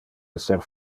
esser